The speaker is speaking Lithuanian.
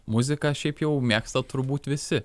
muziką šiaip jau mėgsta turbūt visi